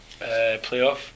playoff